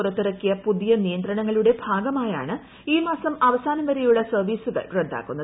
പുറത്തിറക്കിയ പുതിയ നിയന്ത്രണങ്ങളുടെ ഭാഗമായാണ് ഈ മാസം അവസാനം വരെയുള്ള സർവ്വീസുകൾ റദ്ദാക്കുന്നത്